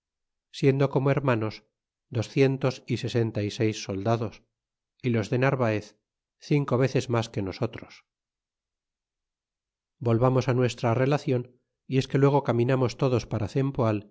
siendo como hermanos do cientos y sesenta y seis soldados y los de narvaez cinco veces mas que nosotros volvamos nuestra relacion y es que luego caminamos todos para